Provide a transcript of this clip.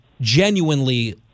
genuinely